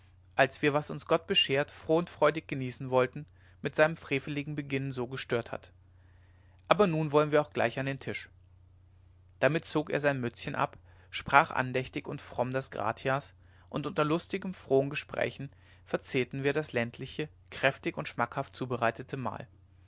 als wir was uns gott beschert froh und freudig genießen wollten mit seinem freveligen beginnen so gestört hat aber nun wollen wir auch gleich an den tisch damit zog er sein mützchen ab sprach andächtig und fromm das gratias und unter lustigen frohen gesprächen verzehrten wir das ländliche kräftig und schmackhaft zubereitete mahl